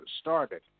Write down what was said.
started